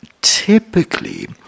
Typically